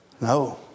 No